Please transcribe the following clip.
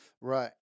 Right